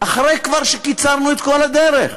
אחרי שכבר קיצרנו את כל הדרך.